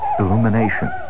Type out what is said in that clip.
illumination